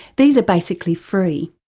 these are basically free.